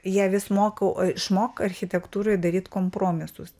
ją vis mokau a išmok architektūroj daryti kompromisus